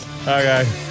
Okay